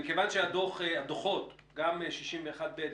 מכיוון שהדוחות גם 61ב,